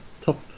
top